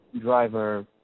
driver